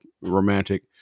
romantic